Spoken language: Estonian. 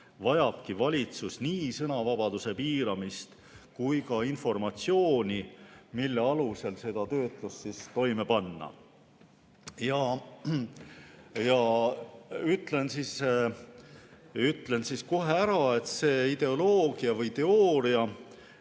vajabki valitsus nii sõnavabaduse piiramist kui ka informatsiooni, mille alusel seda töötlust toime panna. Ütlen kohe ära, et see ideoloogia või teooria